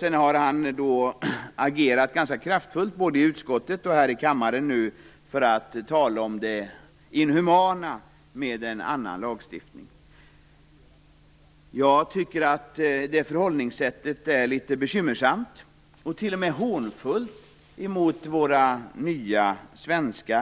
Sedan har han agerat ganska kraftfullt både i utskottet och här i kammaren för att betona det inhumana med en annan lagstiftning. Jag tycker att det förhållningssättet är litet bekymmersamt och t.o.m. hånfullt emot våra